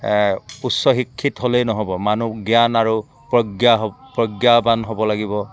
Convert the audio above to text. উচ্চশিক্ষিত হ'লেই নহ'ব মানুহ জ্ঞান আৰু প্ৰজ্ঞা হ প্ৰজ্ঞাৱান হ'ব লাগিব